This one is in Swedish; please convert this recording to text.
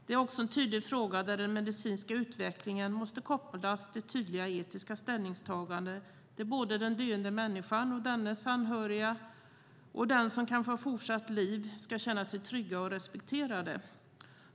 Det är också en tydlig fråga där den medicinska utvecklingen måste kopplas till tydliga etiska ställningstaganden där både den döende människan och dennes anhöriga och den som kan få fortsatt liv ska känna sig trygga och respekterade.